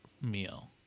meal